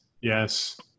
Yes